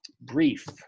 brief